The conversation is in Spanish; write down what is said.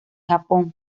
japón